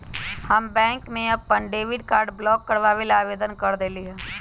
हम बैंक में अपन डेबिट कार्ड ब्लॉक करवावे ला आवेदन कर देली है